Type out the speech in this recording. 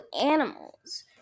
animals